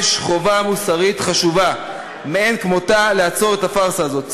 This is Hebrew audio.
יש חובה מוסרית חשובה מאין-כמותה: לעצור את הפארסה הזאת.